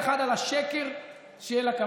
בערבית, השקעתי המון כסף בלתרגם אותם, זה בסדר.